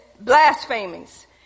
blasphemies